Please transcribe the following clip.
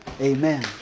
Amen